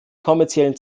kommerziellen